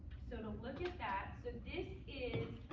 so to look at that so this is